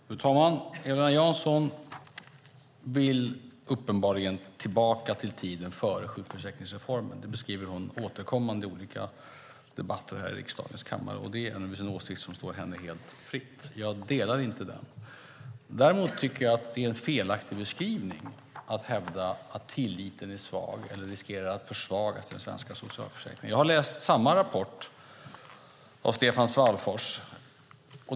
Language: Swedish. Fru talman! Eva-Lena Jansson vill uppenbarligen tillbaka till tiden före sjukförsäkringsreformen. Det beskriver hon återkommande i olika debatter här i riksdagens kammare. Det är naturligtvis en åsikt som står henne helt fritt att ha. Jag delar inte den. Däremot tycker jag att det är en felaktig beskrivning att hävda att tilliten till den svenska socialförsäkringen är svag eller riskerar att försvagas. Jag har läst samma rapport av Stefan Svallfors.